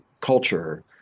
culture